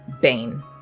Bane